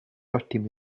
ottimi